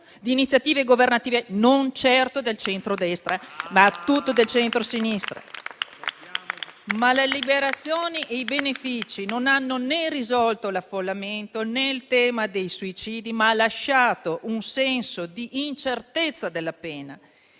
di iniziative governative non certo del centrodestra, battuto dal centrosinistra. Ma le liberazioni e i benefici non hanno né risolto l'affollamento, né il tema dei suicidi, ma hanno lasciato un senso di incertezza della pena